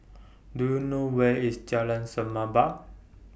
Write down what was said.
Do YOU know Where IS Jalan Semerbak